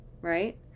right